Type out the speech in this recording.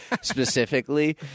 specifically